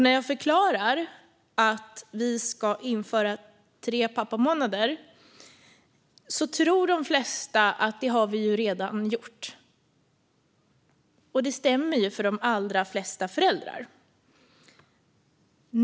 När jag förklarar att vi ska införa tre pappamånader tror de flesta att vi redan har gjort det. Och det stämmer för de allra flesta föräldrar.